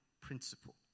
principle